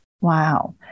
Wow